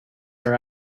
our